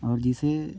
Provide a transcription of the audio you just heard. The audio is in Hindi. और जिसे